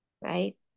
Right